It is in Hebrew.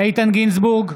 איתן גינזבורג,